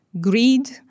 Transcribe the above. greed